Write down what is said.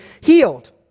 healed